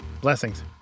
Blessings